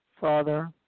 Father